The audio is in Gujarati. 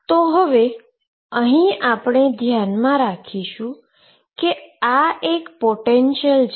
તો હવે આપણે ધ્યાનમાં રાખીશુ કે આ પોટેંશીઅલ છે